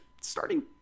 starting